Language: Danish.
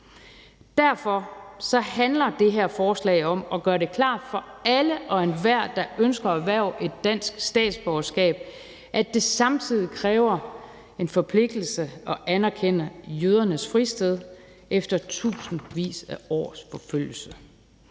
Derfor handler det her forslag om at gøre det klart for alle og enhver, der ønsker at erhverve et dansk statsborgerskab, at det samtidig kræver en forpligtelse til at anerkende jødernes fristed efter tusindvis af års forfølgelse.